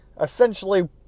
essentially